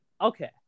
Okay